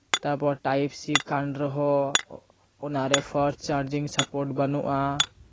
ᱛᱟᱨᱯᱚᱨ type C ᱠᱟᱱ ᱨᱮᱦᱚᱸ ᱚᱱᱟᱨᱮ ᱯᱷᱟᱥᱴ ᱪᱟᱨᱡᱤᱝ ᱥᱟᱯᱳᱴ ᱵᱟᱹᱱᱩᱜᱼᱟ